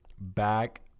back